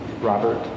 Robert